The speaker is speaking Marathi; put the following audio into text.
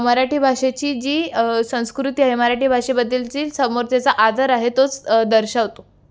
मराठी भाषेची जी संस्कृती आहे मराठी भाषेबद्दलची समोरच्याचा आदर आहे तोच दर्शवतो